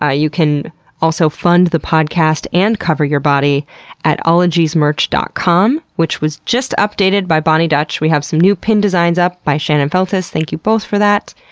ah you can also fund the podcast and cover your body at ologiesmerch dot com, which was just updated by boni dutch. we have some new pin designs up by shannon feltus. thank you both for that.